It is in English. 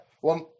One